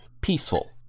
Peaceful